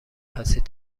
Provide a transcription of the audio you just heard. هستید